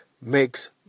makes